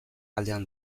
aldean